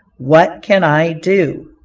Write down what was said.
what can i do?